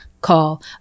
call